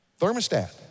thermostat